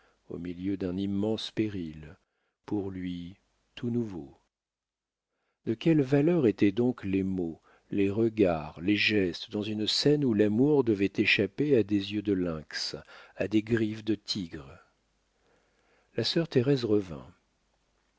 au milieu d'un immense péril pour lui tout nouveau de quelle valeur étaient donc les mots les regards les gestes dans une scène où l'amour devait échapper à des yeux de lynx à des griffes de tigre la sœur thérèse revint